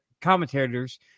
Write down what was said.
commentators